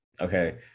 Okay